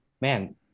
man